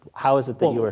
how is it that you were